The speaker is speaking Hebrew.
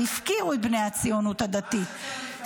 והפקירו את בני הציונות הדתית.